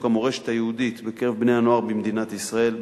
המורשת היהודית בקרב בני-הנוער במדינת ישראל,